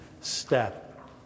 step